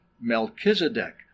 Melchizedek